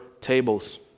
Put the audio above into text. tables